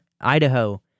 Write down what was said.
Idaho